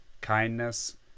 kindness